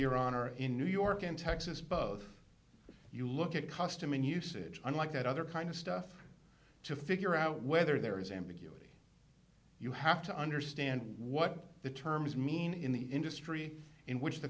your honor in new york and texas both of you look at custom and usage unlike that other kind of stuff to figure out whether there is ambiguity you have to understand what the terms mean in the industry in which the